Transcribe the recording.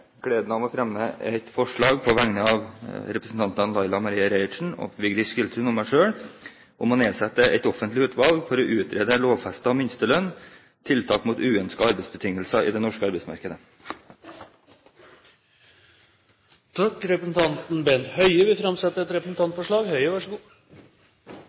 gleden av å fremme et forslag på vegne av representantene Laila Marie Reiertsen, Vigdis Giltun og meg selv om å nedsette et offentlig utvalg for å utrede lovfestet minstelønn – tiltak mot uønsket arbeidsbetingelser i det norske arbeidsmarkedet. Representanten Bent Høie vil framsette et